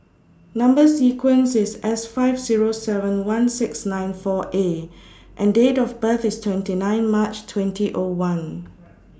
Number sequence IS S five Zero seven one six nine four A and Date of birth IS twenty nine March twenty O one